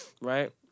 Right